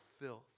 filth